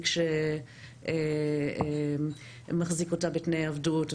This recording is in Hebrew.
מעסיק שמחזיק אותה בתנאי עבדות,